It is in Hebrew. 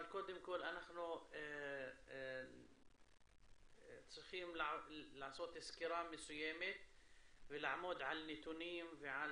אבל קודם כל אנחנו צריכים לעשות סקירה מסוימת ולעמוד על נתונים ועל